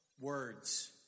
Words